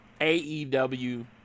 AEW